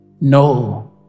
No